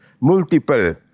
multiple